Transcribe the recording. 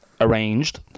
arranged